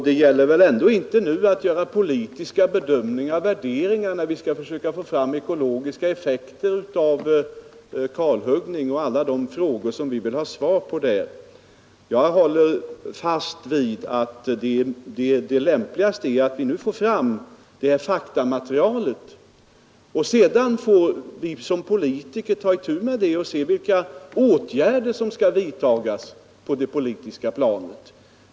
Det gäller väl ändå inte att nu göra politiska bedömningar och värderingar när vi skall försöka få fram ekologiska effekter av kalhuggning och alla de frågor som vi vill ha svar på i det sammanhanget. Jag håller fast vid att det lämpligaste är att vi nu först får fram faktamaterialet. Sedan får vi som politiker ta itu med det och se vilka åtgärder som skall vidtagas på det politiska planet.